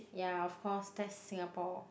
ya of course that's Singapore